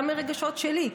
גם מרגשות שלי,